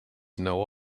know